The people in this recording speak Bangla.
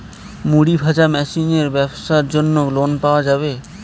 মুড়ি ভাজা মেশিনের ব্যাবসার জন্য লোন পাওয়া যাবে?